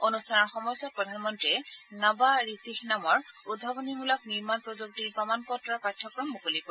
অনুষ্ঠানৰ সময়চোৱাত প্ৰধানমন্ৰীয়ে নবাৰীতিহ নামৰ উদ্ভাৱনীমূলক নিৰ্মাণ প্ৰযুক্তিৰ প্ৰমাণ পত্ৰৰ পাঠ্যক্ৰম মুকলি কৰিব